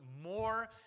more